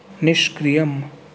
निष्क्रियम्